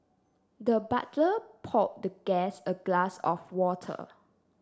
the butler poured the guest a glass of water